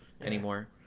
anymore